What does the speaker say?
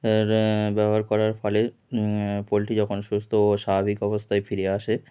এর ব্যবহার করার ফলে পোলট্রি যখন সুস্থ ও স্বাভাবিক অবস্থায় ফিরে আসে